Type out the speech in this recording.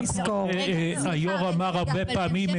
היו"ר אמר הרבה פעמים,